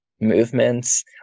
movements